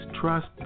trust